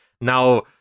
Now